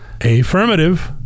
Affirmative